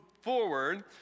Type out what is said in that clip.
forward